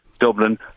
Dublin